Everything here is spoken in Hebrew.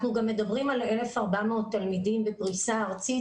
אנחנו גם מדברים על 1,400 תלמידים בפריסה ארצית.